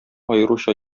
аеруча